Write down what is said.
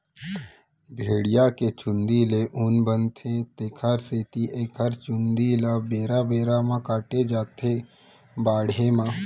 भेड़िया के चूंदी ले ऊन बनथे तेखर सेती एखर चूंदी ल बेरा बेरा म काटे जाथ बाड़हे म